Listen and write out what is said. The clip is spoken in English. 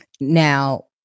Now